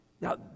now